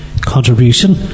contribution